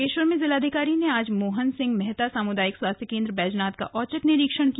बागेश्वर में जिलाधिकारी ने आज मोहन सिंह मेहता सामुदायिक स्वास्थ्य केंद्र बैजनाथ का औचक निरीक्षण किया